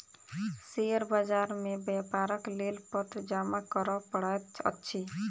share बाजार मे व्यापारक लेल पत्र जमा करअ पड़ैत अछि